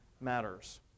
matters